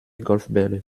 golfbälle